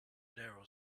narrow